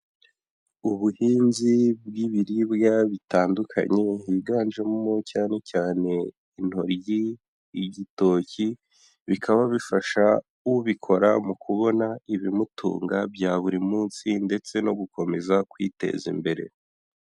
Ubuhinzi bw'ibiribwa bitandukanye higanjemomo cyane cyane intoryi, igitoki bikaba bifasha ubikora mu kubona ibimutunga bya buri munsi ndetse no gukomeza kwiteza imbere.